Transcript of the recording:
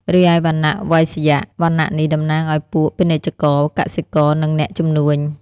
រីឯវណ្ណៈវៃស្យ វណ្ណៈនេះតំណាងឲ្យពួកពាណិជ្ជករ កសិករ និងអ្នកជំនួញ។